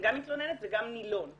המתלוננת וגם של הנילון.